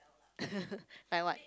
like what